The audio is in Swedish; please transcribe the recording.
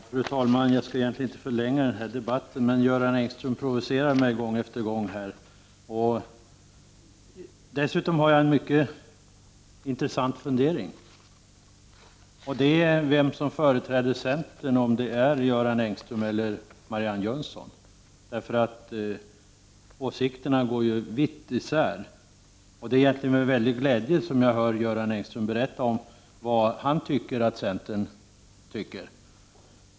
Fru talman! Jag skall egentligen inte förlänga debatten, men Göran Engström provocerar mig här gång efter annan. Jag har dessutom en mycket intressant fråga, nämligen vem som företräder centern. Är det Göran Engström, eller är det Marianne Jönsson? Åsikterna går ju vitt isär. Det är med en stor glädje som jag hör Göran Engström berätta om vad han anser att centern tycker.